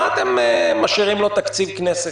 מה אתם משאירים לו תקציב כנסת?